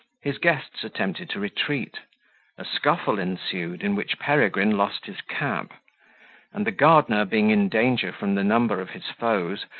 his guests attempted to retreat a scuffle ensued, in which peregrine lost his cap and the gardener, being in danger from the number of his foes,